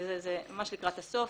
וזה ממש לקראת הסוף.